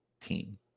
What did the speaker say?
team